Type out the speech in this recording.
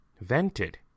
vented